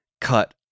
cut